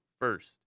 first